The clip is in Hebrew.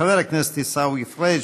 חבר הכנסת עיסאווי פריג',